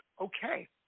okay